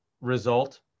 result